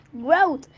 growth